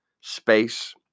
space